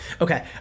Okay